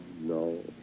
no